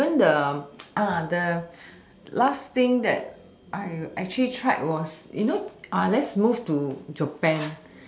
even the the last thing that I actually tried was you know let's move to japan